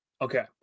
Okay